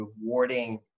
rewarding